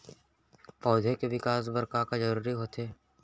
पौधे के विकास बर का का जरूरी होथे?